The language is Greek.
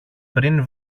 πριν